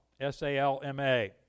S-A-L-M-A